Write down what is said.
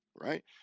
right